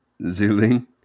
Ziling